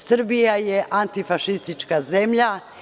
Srbija je antifašistička zemlja.